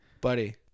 buddy